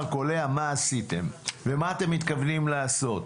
וקולע מה עשיתם ומה אתם מתכוונים לעשות.